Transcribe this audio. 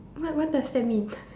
what what does that mean